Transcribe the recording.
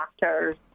doctors